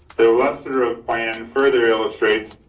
there are lesser of plan further illustrates